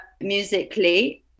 musically